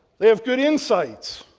they have good insights.